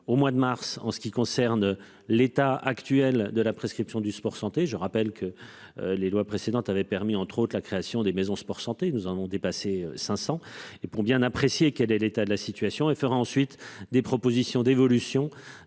au mois de mars. En ce qui concerne l'état actuel de la prescription du sport santé, je rappelle que. Les lois précédentes avaient permis entre autres la création des maisons Sport-santé, nous allons dépasser 500 et pour bien apprécier quel est l'état de la situation et fera ensuite des propositions d'évolution.